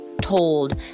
told